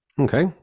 Okay